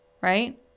Right